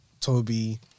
Toby